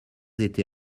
été